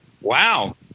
Wow